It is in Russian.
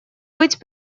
быть